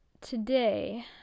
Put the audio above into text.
today